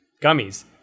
gummies